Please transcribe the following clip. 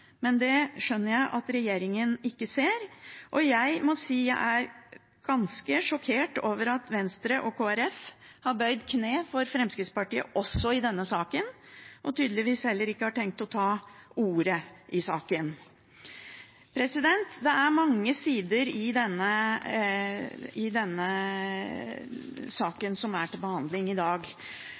skjønner jeg at regjeringen ikke ser. Jeg må si jeg er ganske sjokkert over at Venstre og Kristelig Folkeparti har bøyd kne for Fremskrittspartiet også i denne saken og tydeligvis heller ikke har tenkt å ta ordet i saken. Det er mange sider ved denne saken som er til behandling i dag,